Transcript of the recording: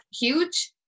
huge